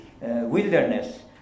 wilderness